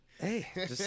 Hey